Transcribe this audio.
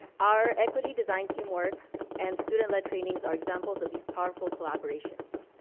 our equity design teamwork and student led trainings are examples of these powerful collaborations.